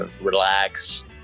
relax